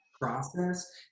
process